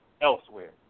elsewhere